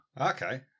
Okay